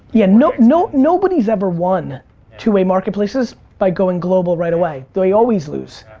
you know you know nobody's ever won two-way marketplaces by going global right away. they always lose,